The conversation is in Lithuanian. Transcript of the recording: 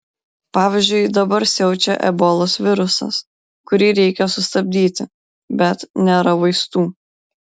pavyzdžiui dabar siaučia ebolos virusas kurį reikia sustabdyti bet nėra vaistų